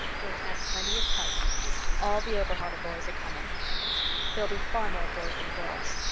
you'll have plenty of partners all the over-harbour boys are coming there'll be far more boys than girls.